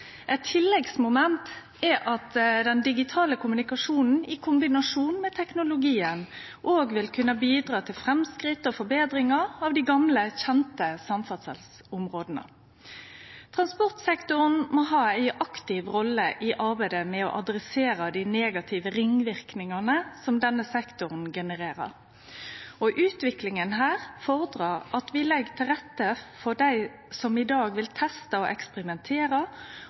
eit velfungerande ekomnett. Eit tilleggsmoment er at den digitale kommunikasjonen i kombinasjon med teknologien òg vil kunne bidra til framsteg og forbetringar av dei gamle, kjende samferdselsområda . Transportsektoren må ha ei aktiv rolle i arbeidet med å adressere dei negative ringverknadene som denne sektoren genererer. Utviklinga fordrar at vi legg til rette for dei som i dag vil